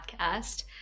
Podcast